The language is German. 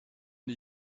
die